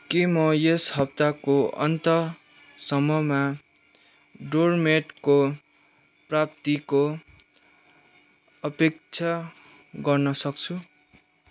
के म यस हप्ताको अन्तसम्ममा डोर म्याटको प्राप्तिको अपेक्षा गर्न सक्छु